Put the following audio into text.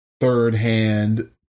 third-hand